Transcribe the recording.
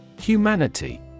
Humanity